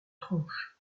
tranches